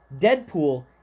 Deadpool